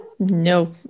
no